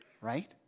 right